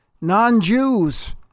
non-Jews